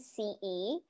CE